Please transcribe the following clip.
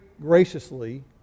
graciously